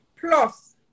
plus